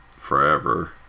forever